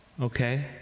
okay